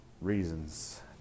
reasons